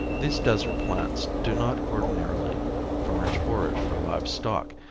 these desert plants do not ordinarily furnish forage for live stock,